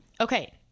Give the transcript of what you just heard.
okay